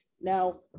Now